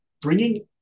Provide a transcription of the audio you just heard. bringing